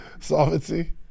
Solvency